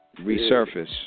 resurface